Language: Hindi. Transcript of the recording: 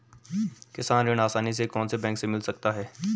किसान ऋण आसानी से कौनसे बैंक से मिल सकता है?